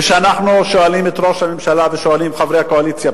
וכשאנחנו שואלים את ראש הממשלה ושואלים חברי קואליציה,